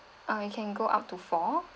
uh you can go up to four